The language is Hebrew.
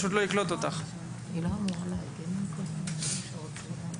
בגישה שתתכתב עם תקופות ההתיישנות או המחיקה בחוק המרשם